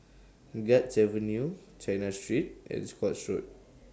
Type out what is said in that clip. Guards Avenue China Street and Scotts Road